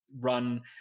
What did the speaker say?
run